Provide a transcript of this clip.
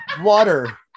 water